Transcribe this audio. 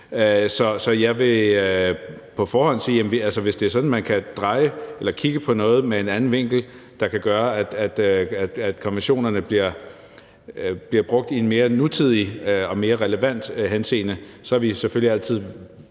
Så jeg vil på forhånd sige, at hvis det er sådan, at man kan kigge på noget med en anden vinkel, der kan gøre, at konventionerne bliver brugt i en mere nutidig og mere relevant henseende, er vi selvfølgelig altid